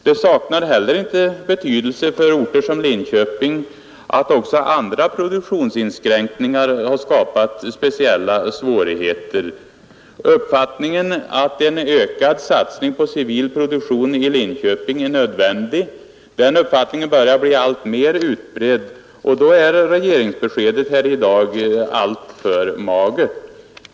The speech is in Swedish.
Det saknar heller inte betydelse för orter som Linköping att också andra produktionsinskränkningar har skapat speciella svårigheter. Uppfattningen att en ökad satsning på civil produktion i Linköping är nödvändig börjar bli alltmer utbredd. Då är regeringsbeskedet här i dag alltför magert.